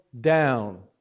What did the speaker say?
down